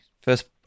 first